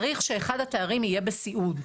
צריך שאחד התארים יהיה בסיעוד.